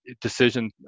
decision